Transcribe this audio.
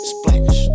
Splash